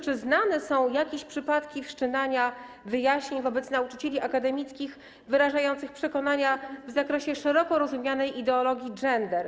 Czy znane są jakieś przypadki wszczynania wyjaśnień wobec nauczycieli akademickich, wyrażających przekonania w zakresie szeroko rozumianej ideologii gender?